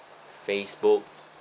Facebook